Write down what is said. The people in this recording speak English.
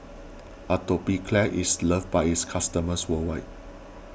Atopiclair is loved by its customers worldwide